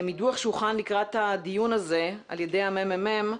מדוח שהוכן לקראת הדיון הזה על ידי הממ"מ,